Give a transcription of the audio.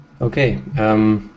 Okay